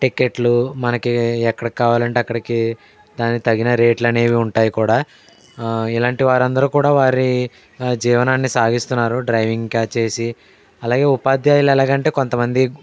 టికెట్లు మనకి ఎక్కడికి కావాలంటే అక్కడికి దానికి తగిన రేట్లు అనేవి ఉంటాయి కూడా ఇలాంటి వారందరూ కూడా వారి జీవనాన్ని సాగిస్తున్నారు డ్రైవింగ్ క చేసి అలాగే ఉపాధ్యాయులు ఎలాగంటే కొంతమంది